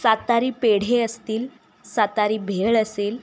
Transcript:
सातारी पेढे असतील सातारी भेळ असेल